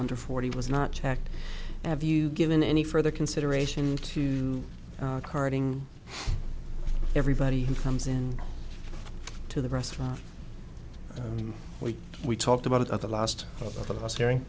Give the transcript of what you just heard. under forty was not checked have you given any further consideration to carding everybody who comes in to the restaurant where we talked about it at the last